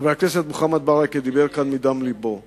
חבר הכנסת מוחמד ברכה דיבר כאן מדם לבו,